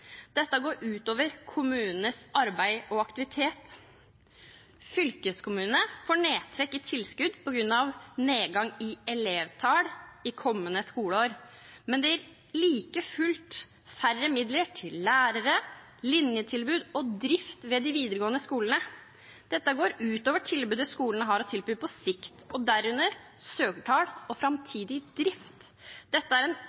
Dette går ut over kommunenes arbeid og aktivitet. Fylkeskommunene får nedtrekk i tilskudd på grunn av nedgang i elevtall i kommende skoleår, men det gir like fullt færre midler til lærere, linjetilbud og drift ved de videregående skolene. Dette går ut over tilbudet skolene har å gi på sikt, og derunder søkertall og framtidig drift. Dette er en